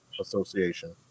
Association